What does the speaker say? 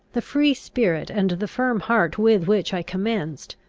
the free spirit and the firm heart with which i commenced,